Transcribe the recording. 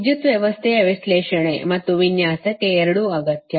ವಿದ್ಯುತ್ ವ್ಯವಸ್ಥೆಯ ವಿಶ್ಲೇಷಣೆ ಮತ್ತು ವಿನ್ಯಾಸಕ್ಕೆ ಎರಡೂ ಅಗತ್ಯ